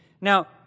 Now